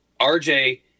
RJ